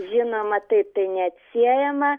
žinoma taip tai neatsiejama